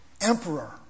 emperor